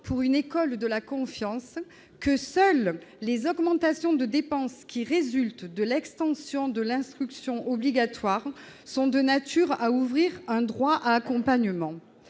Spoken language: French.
pour une école de la confiance » que « seules les augmentations de dépenses qui résultent de l'extension de l'instruction obligatoire sont de nature à ouvrir un droit à accompagnement